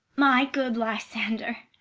my good lysander!